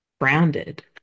Grounded